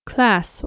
Class